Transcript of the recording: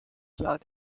klar